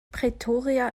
pretoria